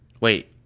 Wait